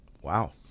wow